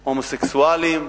הומוסקסואלים,